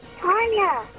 Tanya